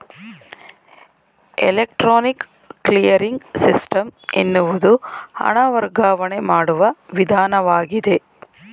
electronic clearing system ಎನ್ನುವುದು ಹಣ ವರ್ಗಾವಣೆ ಮಾಡುವ ವಿಧಾನವಾಗಿದೆ